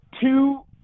two